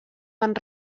van